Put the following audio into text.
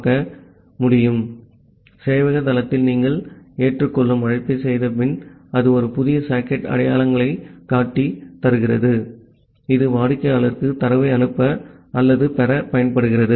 ஆகவே சேவையக தளத்தில் நீங்கள் ஏற்றுக்கொள்ளும் அழைப்பைச் செய்தபின் அது ஒரு புதிய சாக்கெட் அடையாளங்காட்டியைத் தருகிறது இது வாடிக்கையாளருக்கு தரவை அனுப்ப அல்லது பெறப் பயன்படுகிறது